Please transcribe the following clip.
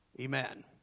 amen